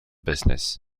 business